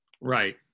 right